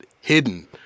hidden